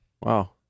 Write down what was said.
Wow